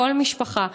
כל משפחה,